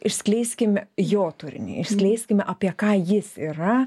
išskleiskime jo turinį išskleiskime apie ką jis yra